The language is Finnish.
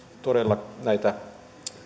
todella näitä